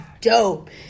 dope